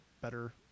better